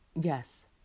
yes